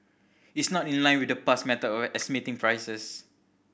it's not in line with the past method of estimating prices